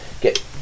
Get